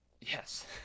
Yes